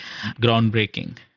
groundbreaking